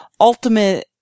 ultimate